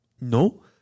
no